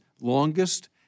longest